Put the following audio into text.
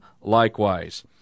likewise